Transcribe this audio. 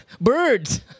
Birds